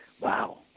wow